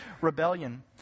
rebellion